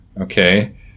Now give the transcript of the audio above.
okay